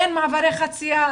אין מעברי חציה,